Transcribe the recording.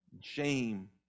shame